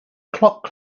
clock